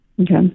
Okay